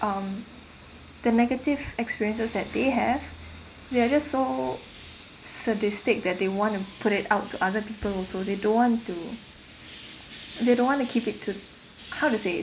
um the negative experiences that they have they are just so sadistic that they want to put it out to other people also they don't want to they don't want to keep it to how to say it